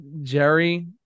Jerry